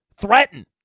Threaten